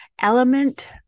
element